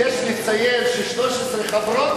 יש לציין שיש כאן 13 חברות